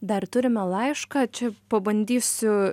dar turime laišką čia pabandysiu